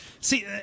See